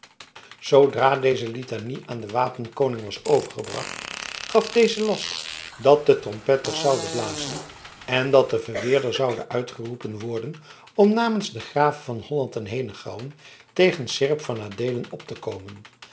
zoodra deze litanie aan den wapenkoning was overgebracht gaf deze last dat de trompetters zouden blazen en dat de verweerder zoude uitgeroepen worden om namens den grave van holland en henegouwen tegen seerp van adeelen op te komen